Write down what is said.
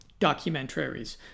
documentaries